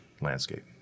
landscape